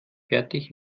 fertig